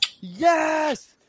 yes